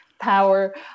Power